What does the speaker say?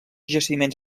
jaciments